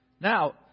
Now